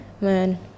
man